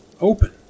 open